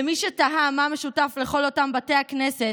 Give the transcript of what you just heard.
למי שתהה מה המשותף לכל אותם בתי הכנסת,